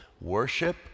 worship